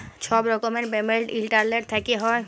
ছব রকমের payment internet থ্যাইকে হ্যয়